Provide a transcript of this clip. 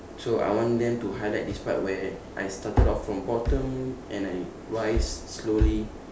so I want them to highlight this part where I started off from bottom and I rise slowly